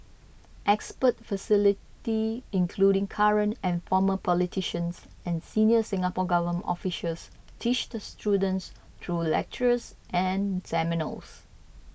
expert facility including current and former politicians and senior Singapore Government officials teach the students through lectures and seminars